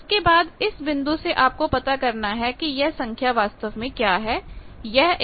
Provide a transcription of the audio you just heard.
उसके बाद इस बिंदु से आपको पता करना है कि यह संख्या वास्तव में क्या है